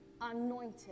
anointed